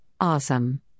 Awesome